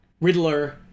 Riddler